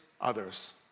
others